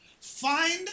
Find